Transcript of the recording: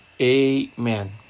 amen